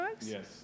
Yes